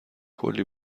کلی